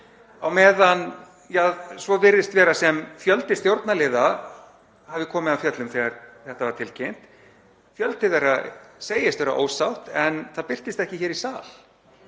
Á meðan svo virðist vera sem fjöldi stjórnarliða hafi komið af fjöllum þegar þetta var tilkynnt, og fjöldi þeirra segist vera ósáttur, þá birtist það ekki hér í sal,